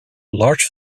large